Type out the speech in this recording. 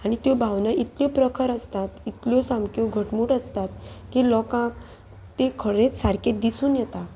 आनी त्यो भावना इतल्यो प्रखर आसतात इतल्यो सामक्यो घटमूट आसतात की लोकांक ते खळेच सारके दिसून येता